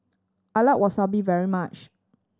I like Wasabi very much